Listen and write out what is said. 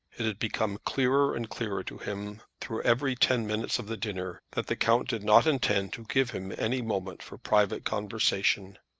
it had become clearer and clearer to him through every ten minutes of the dinner, that the count did not intend to give him any moment for private conversation.